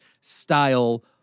style